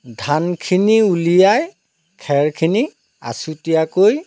ধান খিনি উলিয়াই খেৰ খিনি আছুটীয়াকৈ